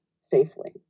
safely